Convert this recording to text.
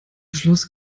schluss